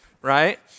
right